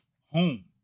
home